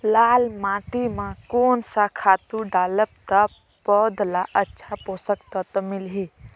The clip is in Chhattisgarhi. लाल माटी मां कोन सा खातु डालब ता पौध ला अच्छा पोषक तत्व मिलही?